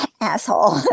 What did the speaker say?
asshole